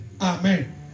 Amen